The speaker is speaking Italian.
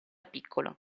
piccolo